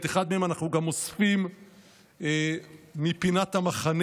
את אחד מהם אנחנו גם אוספים מפינת המחנה,